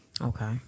Okay